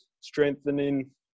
strengthening